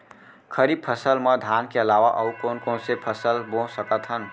खरीफ फसल मा धान के अलावा अऊ कोन कोन से फसल बो सकत हन?